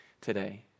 today